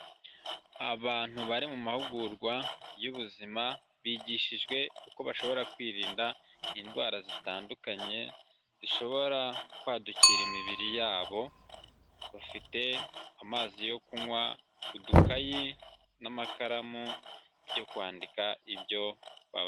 Abantu bari mu mahugurwa y'ubuzima bigishijwe uko bashobora kwirinda indwara zitandukanye zishobora kwadukira imibiri yabo, bafite amazi yo kunywa, udukayi n'amakaramu byo kwandika ibyo bavuze.